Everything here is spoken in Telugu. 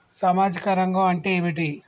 సామాజిక రంగం అంటే ఏమిటి?